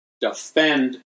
defend